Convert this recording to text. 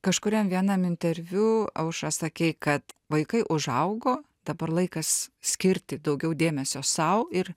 kažkuriam vienam interviu aušra sakei kad vaikai užaugo dabar laikas skirti daugiau dėmesio sau ir